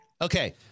Okay